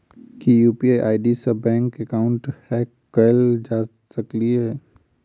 की UPI ID सऽ bank account hack कैल जा सकलिये?